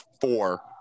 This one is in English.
four